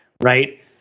right